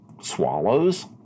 swallows